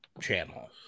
channel